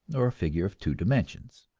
or figure of two dimensions.